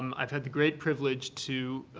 um i've had the great privilege to,